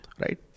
right